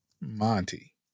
Monty